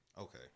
Okay